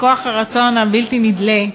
לכוח הרצון הבלתי-נדלה,